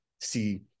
see